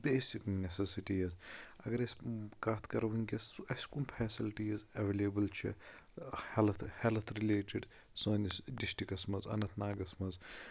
basic necessities اَگر أسۍ کَتھ کَرو ؤنٛکیٚس اَسہِ کم فیسلٹیٖز اٮ۪ویلیبٕل چھِ ہیلتھ ہیلتھ رِلیٹڈ سٲنِس ڈسٹرکٹس منٛز اننت ناگَس منٛز